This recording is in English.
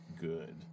good